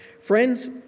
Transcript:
Friends